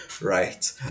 right